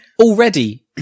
Already